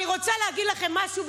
אני רוצה להגיד לכם משהו,